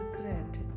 regret